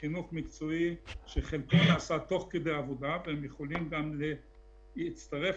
אגב, רחל לוין, המפקחת על האומנה, הייתה צריכה